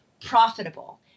profitable